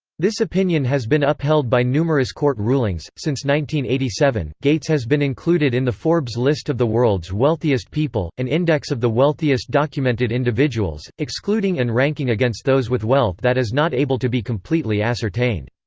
this opinion has been upheld by numerous court rulings since one eighty seven, gates has been included in the forbes list of the world's wealthiest people, an index of the wealthiest documented individuals, excluding and ranking against those with wealth that is not able to be completely ascertained.